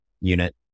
unit